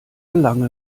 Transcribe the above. gelang